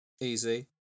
easy